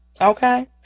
okay